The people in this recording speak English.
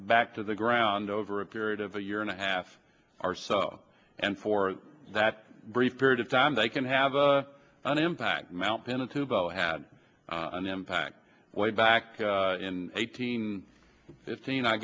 back to the ground over a period of a year and a half or so and for that brief period of time they can have an impact mount pinatubo had an impact way back in eighteen fifteen i